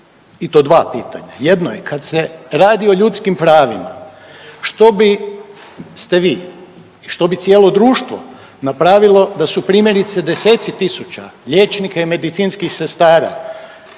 i to dva pitanja. Jedno je kad se o ljudskim pravima što biste vi i što bi cijelo društvo napravilo da su primjerice 10-tci tisuća liječnika i medicinskih sestara